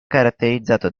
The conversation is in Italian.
caratterizzato